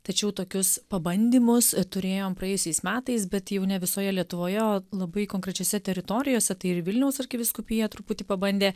tačiau tokius pabandymus turėjom praėjusiais metais bet jau ne visoje lietuvoje o labai konkrečiose teritorijose tai ir vilniaus arkivyskupija truputį pabandė